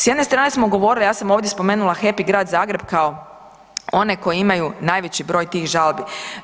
S jedne strane smo govorili, ja sam ovdje spomenula Happy Grad Zagreb kao one koji imaju najveći broj tih žalbi.